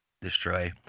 destroy